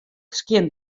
skjin